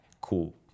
cool